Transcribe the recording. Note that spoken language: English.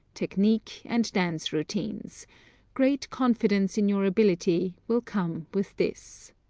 technique and dance routines great confidence in your ability will come with this.